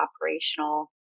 operational